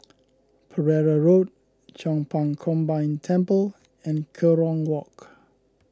Pereira Road Chong Pang Combined Temple and Kerong Walk